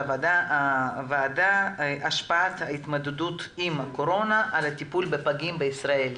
הוועדה השפעת ההתמודדות עם הקורונה על הטיפול בפגים בישראל.